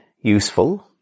useful